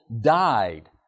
died